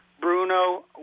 Bruno